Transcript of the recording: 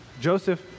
Joseph